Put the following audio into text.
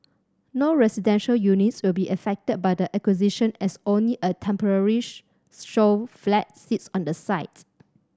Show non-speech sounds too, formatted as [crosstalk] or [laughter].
no residential units will be affected by the acquisition as only a temporary [unintelligible] show flat sits on the site